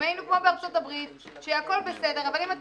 אם היינו כמו בארצות-הברית שהכול בסדר.